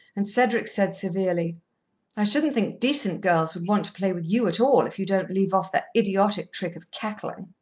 and cedric said severely i shouldn't think decent girls would want to play with you at all, if you don't leave off that idiotic trick of cackling.